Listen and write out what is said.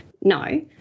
No